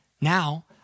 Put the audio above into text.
now